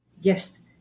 Yes